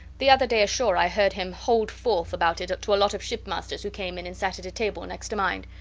the other day ashore i heard him hold forth about it to a lot of shipmasters who came in and sat at a table next to mine.